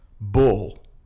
bull